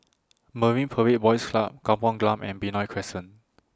Marine Parade Boys Club Kampung Glam and Benoi Crescent